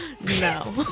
No